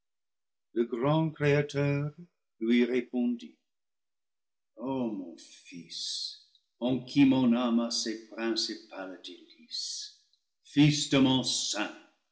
le grand créateur lui répondit o mon fils en qui mon âme a